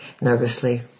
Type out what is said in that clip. nervously